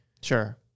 Sure